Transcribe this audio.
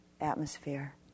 atmosphere